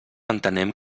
entenem